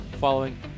following